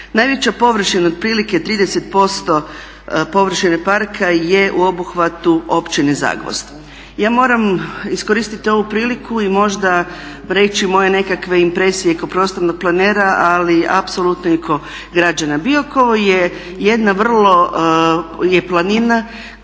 Najveća površina otprilike 30% površine parka je u obuhvatu općine Zagovozd. Ja moram iskoristiti ovu priliku i možda reći moje nekakve impresije kao prostornog planera ali apsolutno i ko građana Biokovo je jedna vrlo, je planina